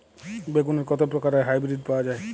বেগুনের কত প্রকারের হাইব্রীড পাওয়া যায়?